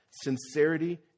sincerity